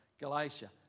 Galatia